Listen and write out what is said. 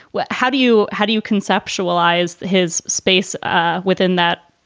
well, how do you. how do you conceptualize his space ah within that,